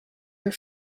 your